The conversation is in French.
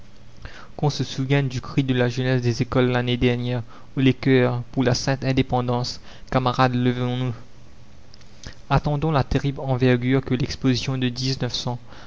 qu'on se souvienne du cri de la jeunesse des écoles l'année dernière haut les cœurs pour la sainte indépendance camarades levons nous attendons la terrible envergure que l'exposition de